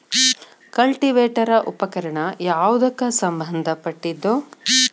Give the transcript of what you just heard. Cultivator ಉಪಕರಣ ಯಾವದಕ್ಕ ಸಂಬಂಧ ಪಟ್ಟಿದ್ದು?